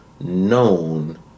known